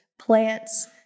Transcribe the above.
plants